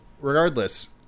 regardless